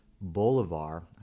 bolivar